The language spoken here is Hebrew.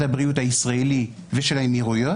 הבריאות הישראלי למשרד הבריאות של האמירויות.